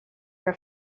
her